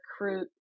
recruit